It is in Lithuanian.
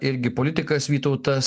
irgi politikas vytautas